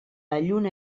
lluna